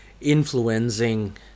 influencing